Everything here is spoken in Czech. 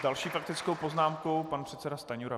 S další faktickou poznámkou pan předseda Stanjura.